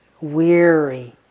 weary